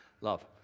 love